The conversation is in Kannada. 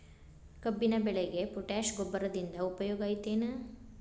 ಕಬ್ಬಿನ ಬೆಳೆಗೆ ಪೋಟ್ಯಾಶ ಗೊಬ್ಬರದಿಂದ ಉಪಯೋಗ ಐತಿ ಏನ್?